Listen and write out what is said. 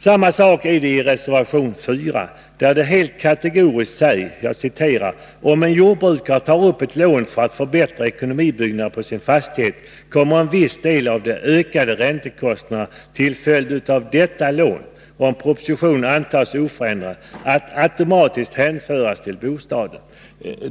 Samma sak är det i reservation 4, när det helt kategoriskt sägs: ”Om en jordbrukare tar upp ett lån för att förbättra ekonomibyggnaderna på sin fastighet kommer en viss del av de ökade räntekostnaderna till följd av dessa lån — om propositionen antas oförändrad — att automatiskt hänföras till bostaden.